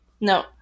No